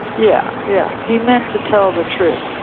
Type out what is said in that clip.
yeah yeah he meant to tell the truth,